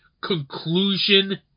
conclusion